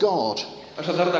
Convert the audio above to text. God